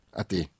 ati